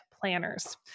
planners